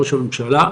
ראש הממשלה,